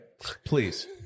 Please